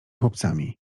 chłopcami